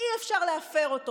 שאי-אפשר להפר,